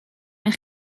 eich